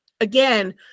again